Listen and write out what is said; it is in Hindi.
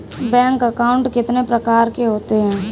बैंक अकाउंट कितने प्रकार के होते हैं?